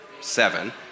seven